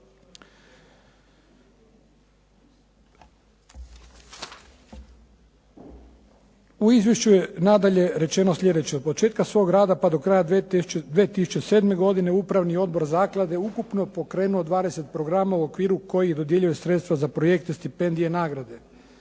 U izvješću je nadalje rečeno sljedeće. Od početka svog rada pa do kraja 2007. godine Upravni odbor zaklade ukupno je pokrenuo 20 program u okviru kojih dodjeljuje sredstva za projekte, stipendije, nagrade.